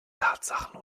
tatsachen